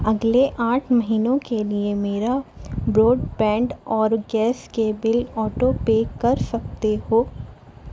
اگلے آٹھ مہینوں کے لیے میرا براڈ بینڈ اور گیس کے بل آٹو پے کر سکتے ہو